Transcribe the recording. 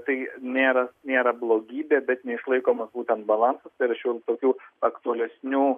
tai nėra nėra blogybė bet neišlaikomas būtent balansas tai yra šalia tokių aktualesnių